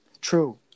True